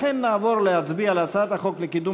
לכן נעבור להצביע על הצעת חוק לקידום